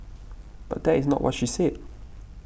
but that is not what she said